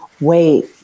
Wait